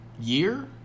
Year